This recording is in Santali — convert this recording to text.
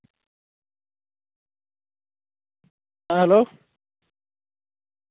ᱦᱮᱸ ᱦᱮᱞᱳ